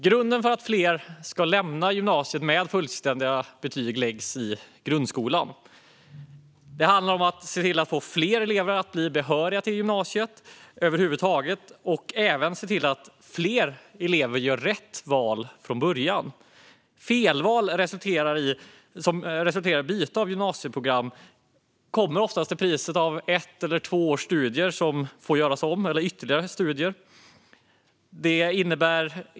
Grunden för att fler ska lämna gymnasiet med fullständiga betyg läggs i grundskolan. Det handlar om att se till att fler elever över huvud taget blir behöriga till gymnasiet och även om att se till att fler elever gör rätt val från början. Felval som resulterar i byte av gymnasieprogram kommer ofta till priset av att ett eller två års studier får göras om - eller av ytterligare studier.